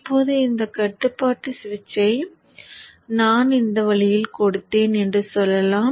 இப்போது இந்த கட்டுப்பாட்டு சுவிட்சை நான் இந்த வழியில் கொடுத்தேன் என்று சொல்லலாம்